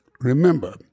Remember